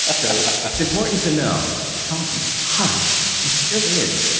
ah so it's important to know that carlton is hot. she still is.